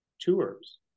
tours